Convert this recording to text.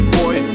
boy